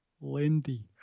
Lindy